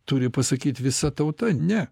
turi pasakyt visa tauta ne